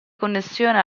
connessione